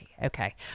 Okay